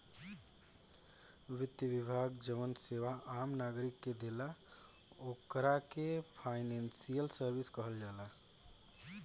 वित्त विभाग जवन सेवा आम नागरिक के देला ओकरा के फाइनेंशियल सर्विस कहल जाला